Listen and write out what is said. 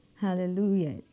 Hallelujah